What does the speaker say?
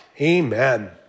Amen